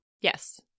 Yes